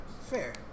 Fair